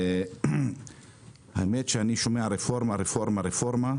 אני שומע רפורמה, רפורמה,